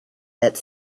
that